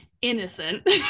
innocent